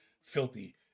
filthy